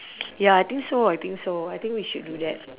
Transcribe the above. ya I think so I think so I think we should do that